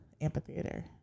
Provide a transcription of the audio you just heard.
amphitheater